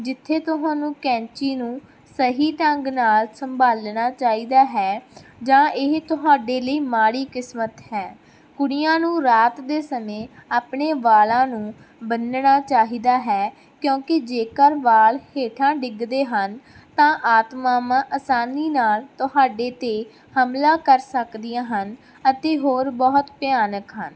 ਜਿੱਥੇ ਤੁਹਾਨੂੰ ਕੈਂਚੀ ਨੂੰ ਸਹੀ ਢੰਗ ਨਾਲ ਸੰਭਾਲਣਾ ਚਾਹੀਦਾ ਹੈ ਜਾਂ ਇਹ ਤੁਹਾਡੇ ਲਈ ਮਾੜੀ ਕਿਸਮਤ ਹੈ ਕੁੜੀਆਂ ਨੂੰ ਰਾਤ ਦੇ ਸਮੇਂ ਆਪਣੇ ਵਾਲਾਂ ਨੂੰ ਬੰਨਣਾ ਚਾਹੀਦਾ ਹੈ ਕਿਉਂਕਿ ਜੇਕਰ ਵਾਲ ਹੇਠਾਂ ਡਿੱਗਦੇ ਹਨ ਤਾਂ ਆਤਮਾਵਾਂ ਆਸਾਨੀ ਨਾਲ ਤੁਹਾਡੇ 'ਤੇ ਹਮਲਾ ਕਰ ਸਕਦੀਆਂ ਹਨ ਅਤੇ ਹੋਰ ਬਹੁਤ ਭਿਆਨਕ ਹਨ